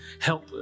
Help